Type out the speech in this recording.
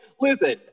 listen